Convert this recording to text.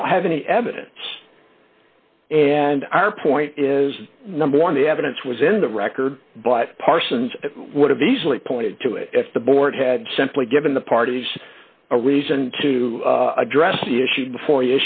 i don't have any evidence and our point is number one the evidence was in the record but parsons would have easily pointed to it if the board had simply given the parties a reason to address the issue before